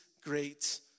great